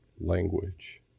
language